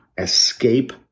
escape